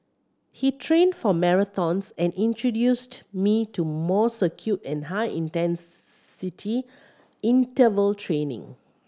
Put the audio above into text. he trained for marathons and introduced me to more circuit and high intensity interval training